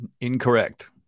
Incorrect